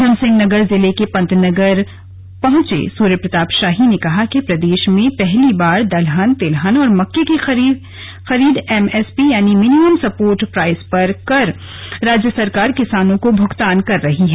उधमसिंह नगर जिले के पंतनगर पहंचे सूर्यप्रताप शाही ने कहा कि प्रदेश में पहली बार दलहन तिलहन और मक्के की खरीद एमएसपी यानि मिनिमम सपोर्ट प्राइस पर कर राज्य सरकार किसानों को भुगतान कर रही है